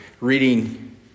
reading